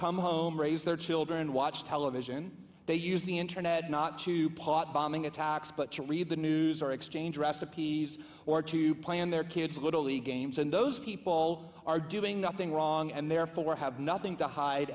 come home raise their children watch television they use the internet not to pot bombing attacks but to read the news or exchange recipes or to plan their kids little league games and those people are doing nothing wrong and therefore have nothing to hide